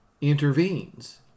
intervenes